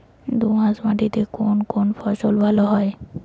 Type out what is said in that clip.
দোঁয়াশ মাটিতে কোন কোন ফসল ভালো হয়?